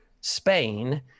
spain